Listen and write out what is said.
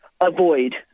avoid